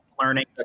Learning